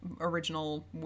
original